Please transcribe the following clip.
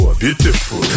beautiful